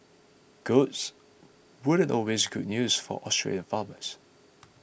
goats weren't always good news for Australian farmers